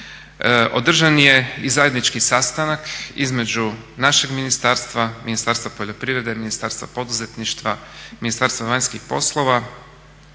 održan je i zajednički sastanak između našeg ministarstva, Ministarstva poljoprivrede, Ministarstva poduzetništva, Ministarstva vanjskih poslova